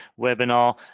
webinar